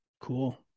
cool